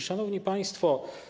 Szanowni Państwo!